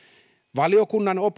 valiokunnan